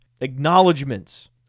acknowledgements